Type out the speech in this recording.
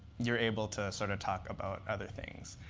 you're able to sort of talk about other things.